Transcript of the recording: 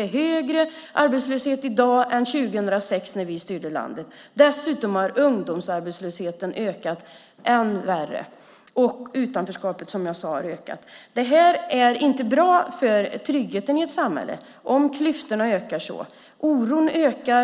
är högre arbetslöshet i dag än 2006, när vi styrde landet. Dessutom har ungdomsarbetslösheten ökat ännu mer, och utanförskapet har ökat, som jag sade. Det är inte bra för tryggheten i ett samhälle om klyftorna ökar så. Oron ökar.